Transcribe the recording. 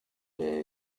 day